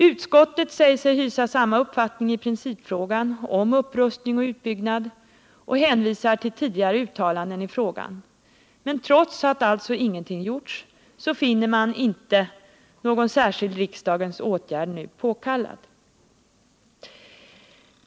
Utskottet säger sig hysa samma uppfattning i principfrågan om upprustning och utbyggnad och hänvisar till tidigare uttalanden i frågan. Men trots att ingenting gjorts finner man ändå inte någon särskild riksdagens åtgärd nu påkallad.